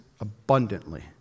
abundantly